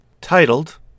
titled